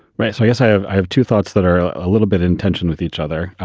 right. so i guess i have i have two thoughts that are a little bit in tension with each other.